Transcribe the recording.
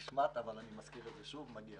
מגיע להם.